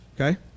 Okay